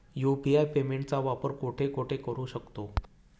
UPI पेमेंटचा वापर कुठे कुठे करू शकतो?